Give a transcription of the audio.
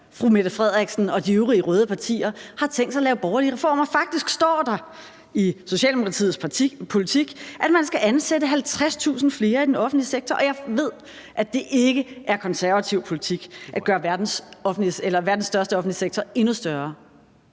Socialdemokratiet og de øvrige røde partier – har tænkt sig at lave borgerlige reformer. Faktisk står der i Socialdemokratiets partiprogram, at man skal ansætte 50.000 flere i den offentlige sektor, og jeg ved, at det ikke er konservativ politik at gøre verdens største offentlige sektor endnu større.